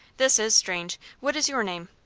this is strange. what is your name?